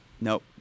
Nope